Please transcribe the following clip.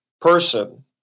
person